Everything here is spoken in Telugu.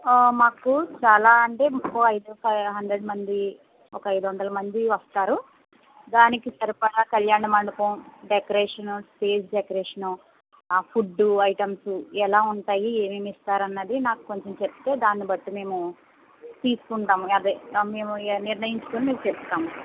మాకు చాలా అంటే ఓ ఫైవ్ హండ్రెడ్ మంది ఒక ఐదు వందల మంది వస్తారు దానికి సరిపడా కళ్యాణ మండపం డెకరేషను స్టేజ్ డెకరేషను ఆ ఫుడ్డు ఐటమ్స్ ఎలా ఉంటాయి ఏమేమి ఇస్తారన్నది నాకు కొంచెం చెప్తే దాన్ని బట్టి మేము తీసుకుంటాము అదే మేము నిర్ణయించుకుని మీకు చెప్తాము